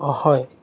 অঁ হয়